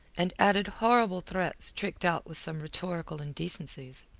and added horrible threats tricked out with some rhetorical indecencies.